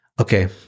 Okay